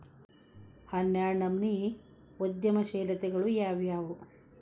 ಹನ್ನೆರ್ಡ್ನನಮ್ನಿ ಉದ್ಯಮಶೇಲತೆಗಳು ಯಾವ್ಯಾವು